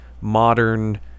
modern